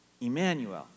Emmanuel